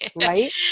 right